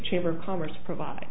chamber of commerce provide